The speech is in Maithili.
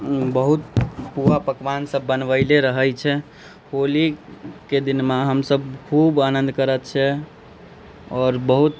बहुत पुआ पकवान सभ बनबैले रहैत छै होलीके दिनमे हम सभ खूब आनंद करैत छियै आओर बहुत